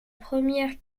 première